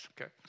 Okay